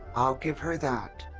i'll give her that.